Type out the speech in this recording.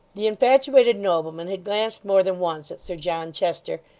the infatuated nobleman had glanced more than once at sir john chester,